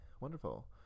Wonderful